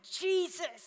Jesus